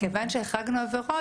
כיוון שהחרגנו עבירות,